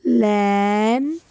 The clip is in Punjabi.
ਲੈਣ